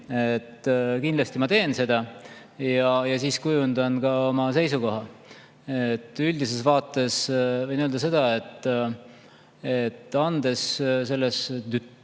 Kindlasti ma teen seda ja siis kujundan ka oma seisukoha. Üldises vaates võin öelda seda, et andes selles